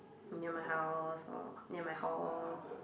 near my house or near my hall